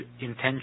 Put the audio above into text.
intention